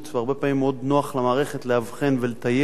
והרבה פעמים מאוד נוח למערכת לאבחן ולתייג,